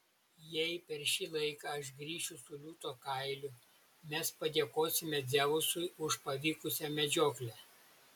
jei per šį laiką aš grįšiu su liūto kailiu mes padėkosime dzeusui už pavykusią medžioklę